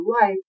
life